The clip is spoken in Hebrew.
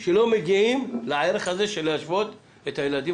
שלא מגיעים לערך הזה של להשוות את הילדים